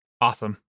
Awesome